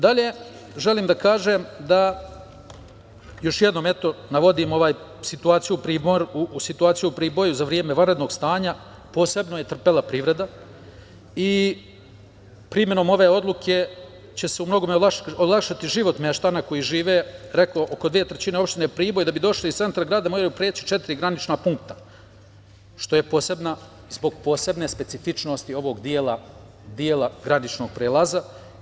Dalje, želim da kažem da, još jednom eto navodim situaciju u Priboju za vreme vanrednog stanja, posebno je trpela privreda i primenom ove odluke će se u mnogome olakšati život meštana koji žive, oko dve trećine opštine Priboj, da bi došli iz centra grada moraju preći četiri granična punkta, što je zbog posebne specifičnosti ovog dela graničnog prelaza.